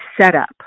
setup